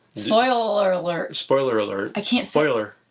spoiler alert. spoiler alert. i can't. spoiler.